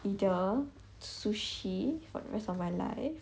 either sushi for the rest of my life